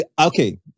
Okay